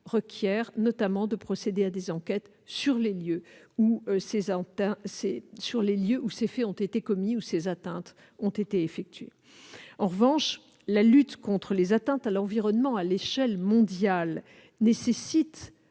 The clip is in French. requiert notamment de procéder à des enquêtes sur les lieux où les faits ont été commis. En revanche, la lutte contre les atteintes à l'environnement à l'échelle mondiale nécessite